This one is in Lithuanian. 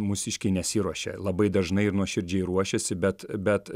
mūsiškiai nesiruošia labai dažnai ir nuoširdžiai ruošiasi bet bet